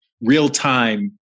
real-time